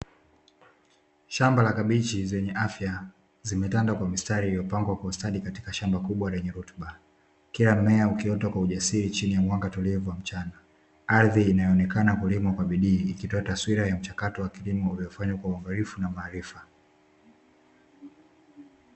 Shamba la kabichi zenye afya zimetanda kwa mistari iliyo pangwa kwa ustadi katika shamba kubwa lenye rutuba. Kila mmea ukiota kwa ujasiri chini ya mwanga tulivu wa mchana, ardhi inayoonekana kulimwa kwa bidii ikitoa taswira ya mchakato wa kilimo uliofanywa kwa uangalifu na maarifa.